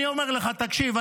אני אומר לך, תקשיב.